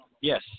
Yes